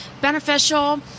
beneficial –